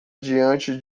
diante